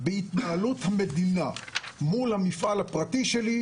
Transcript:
בהתנהלות המדינה מול המפעל הפרטי שלי,